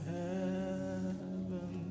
heaven